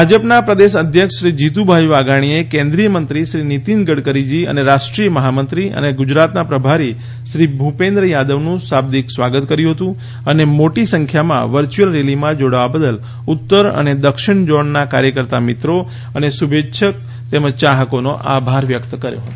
ભાજપના પ્રદેશ અધ્યક્ષ શ્રી જીતુભાઈ વાઘાણીએ કેન્દ્રીય મંત્રી શ્રી નીતિન ગડકરીજી અને રાષ્ટ્રીય મહામંત્રી અને ગુજરાતના પ્રભારી શ્રી ભૂપેન્દ્ર યાદવ નું શાબ્દિક સ્વાગત કર્યું હતું અને મોટી સંખ્યામાં વર્ચ્યુઅલ રેલીમાં જોડાવા બદલ ઉત્તર અને દક્ષિણ ઝોનના કાર્યકર્તા મિત્રો અને શુભેચ્છક ચાહકોનો આભાર વ્યક્ત કર્યો હતો